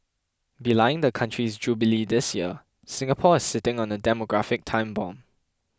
belying the country's Jubilee this year Singapore is sitting on a demographic time bomb